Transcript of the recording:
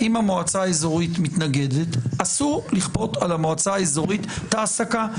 אם המועצה האזורית מתנגדת אסור לכפות על המועצה האזורית את ההעסקה.